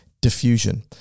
diffusion